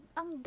ang